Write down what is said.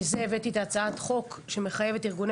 הנחתי את הצעת החוק שמחייבת ארגוני